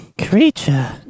Creature